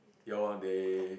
ya loh they